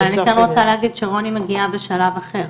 אבל אני גם רוצה להגיד שרוני מגיעה בשלב אחר,